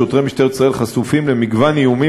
שוטרי משטרת ישראל חשופים למגוון איומים